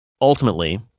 Ultimately